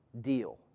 deal